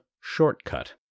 shortcut